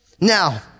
Now